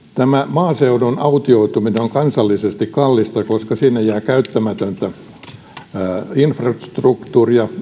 maaseudun autioituminen on kansallisesti kallista koska siinä jää käyttämätöntä infrastruktuuria